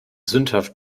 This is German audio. sündhaft